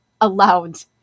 allowed